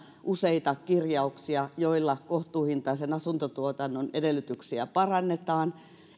muun muassa useita kirjauksia joilla kohtuuhintaisen asuntotuotannon edellytyksiä parannetaan